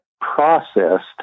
processed